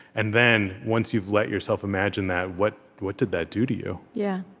and then, once you've let yourself imagine that, what what did that do to you? yeah